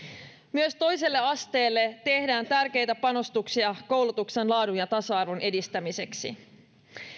myös toiselle asteelle tehdään tärkeitä panostuksia koulutuksen laadun ja tasa arvon edistämiseksi